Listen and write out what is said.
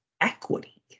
equity